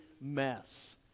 mess